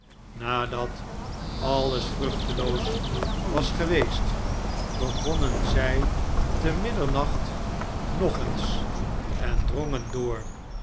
nadat alles vruchteloos was geweest begonnen zij te middernacht nog eens en drongen dcor